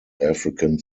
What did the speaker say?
african